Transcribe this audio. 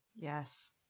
Yes